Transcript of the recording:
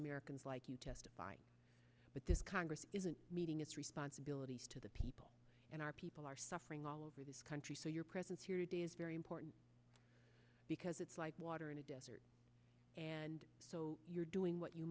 americans like you testify but this congress isn't meeting its responsibilities to the people and our people are suffering all over this country so your presence here today is very important because it's like water in a desert and so you're doing what you